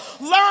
Learn